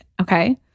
Okay